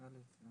אותה